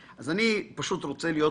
אבל בסוף את המנכ"לית,